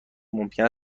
ممکن